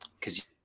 cause